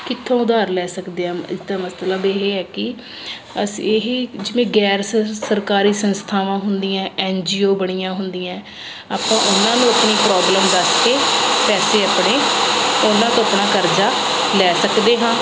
ਕਿੱਥੋਂ ਉਧਾਰ ਲੈ ਸਕਦੇ ਹਾਂ ਇਸਦਾ ਮਤਲਬ ਇਹ ਹੈ ਕਿ ਇਹ ਜਿਵੇਂ ਗੈਰ ਸਰਕਾਰੀ ਸੰਸਥਾਵਾਂ ਹੁੰਦੀਆਂ ਐਨਜੀਓ ਬਣੀਆਂ ਹੁੰਦੀਆਂ ਆਪਾਂ ਉਹਨਾਂ ਨੂੰ ਆਪਣੀ ਪ੍ਰੋਬਲਮ ਦੱਸ ਕੇ ਪੈਸੇ ਆਪਣੇ ਉਹਨਾਂ ਤੋਂ ਆਪਣਾ ਕਰਜ਼ਾ ਲੈ ਸਕਦੇ ਹਾਂ